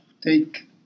Take